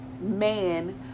man